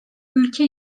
ülke